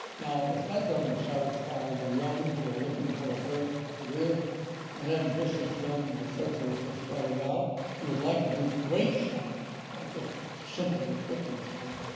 now, if that doesn't satisfy the young who are looking for a great career and ambitious young researchers just starting out who would like to do great science, not just simple descriptive science.